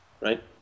right